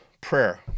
prayer